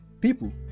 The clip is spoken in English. People